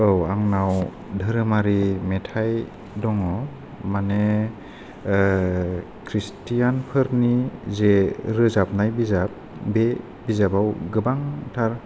औ आंनाव धोरोमारि मेथाइ दङ माने ओ क्रिस्टियनफोरनि जे रोजाबनाय बिजाब बे बिजाबाव गोबांथार